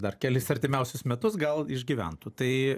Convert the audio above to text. dar kelis artimiausius metus gal išgyventų tai